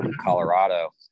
Colorado